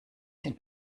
den